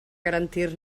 garantir